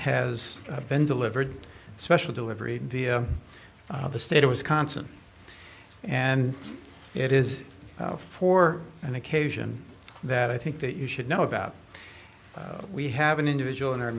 has been delivered special delivery via the state of wisconsin and it is for an occasion that i think that you should know about we have an individual in our